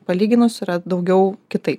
palyginus yra daugiau kitaip